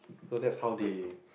so that's how they